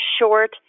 short